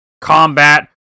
combat